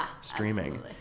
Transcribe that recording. streaming